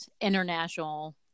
international